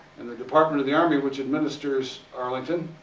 and the department of the army which administers arlington